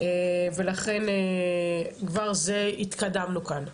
ולכן כבר זה התקדמנו כאן.